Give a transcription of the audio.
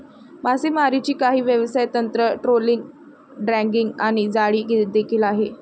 मासेमारीची काही व्यवसाय तंत्र, ट्रोलिंग, ड्रॅगिंग आणि जाळी देखील आहे